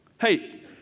hey